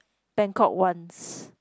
Bangkok once